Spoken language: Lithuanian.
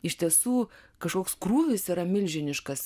iš tiesų kažkoks krūvis yra milžiniškas